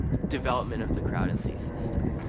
development of the crowd in c system.